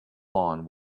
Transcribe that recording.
lawn